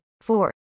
four